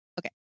okay